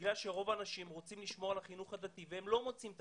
בגלל שרוב האנשים רוצים לשמור על החינוך הדתי והם לא מוצאים את